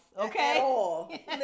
Okay